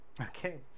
Okay